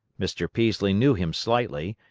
mr. peaslee knew him slightly,